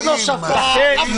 מיקי, אף אחד לא שפך.